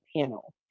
panel